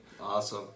Awesome